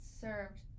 served